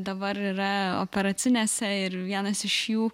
dabar yra operacinėse ir vienas iš jų